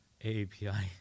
AAPI